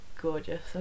gorgeous